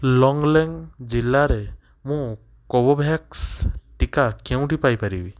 ଲୋଙ୍ଗ୍ଲେଙ୍ଗ୍ ଜିଲ୍ଲାରେ ମୁଁ କୋଭୋଭ୍ୟାକ୍ସ ଟିକା କେଉଁଠି ପାଇପାରିବି